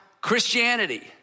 Christianity